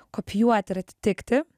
kopijuot ir atitikti